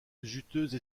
juteuse